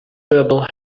bubble